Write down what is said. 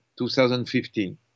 2015